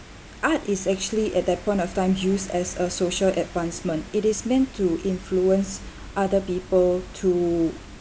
art is actually at that point of time used as a social advancement it is meant to influence other people to